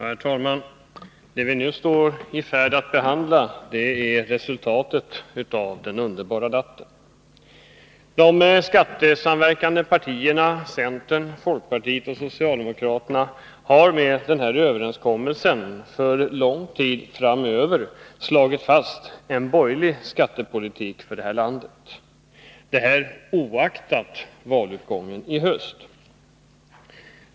Herr talman! Det vi nu står i färd att behandla är resultatet av den ”underbara natten”. De skattesamverkande partierna, centern, folkpartiet och socialdemokraterna, har med denna överenskommelse för lång tid framöver slagit fast en borgerlig skattepolitik för detta land — oaktat vad som blir valutgången i höst.